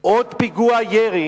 עוד פיגוע ירי